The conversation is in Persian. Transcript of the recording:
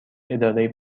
اداره